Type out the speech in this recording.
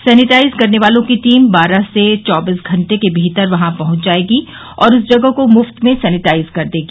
sanitise करने वालों की टीम बारह से चौबीस घंटे के भीतर वहां पहुंच जाएगी और उस जगह को मुफ्त में सेनेटाइज कर देगी